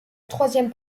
troisième